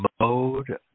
mode